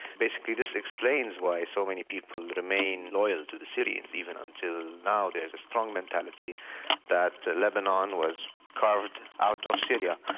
basically this explains why so many people remained loyal to the syrians, and even until now there's a strong mentality that lebanon was carved out of syria,